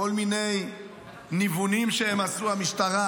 כל מיני ניוונים שעשו המשטרה,